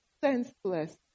senseless